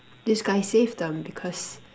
this guy saved them because